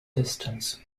distance